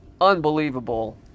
unbelievable